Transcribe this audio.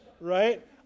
right